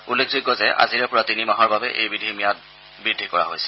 উল্লেখযোগ্য যে আজিৰে পৰা তিনি মাহৰ বাবে এই বিধিৰ ম্যাদ বৃদ্ধি কৰা হৈছিল